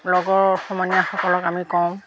লগৰ সমনীয়াসকলক আমি কওঁ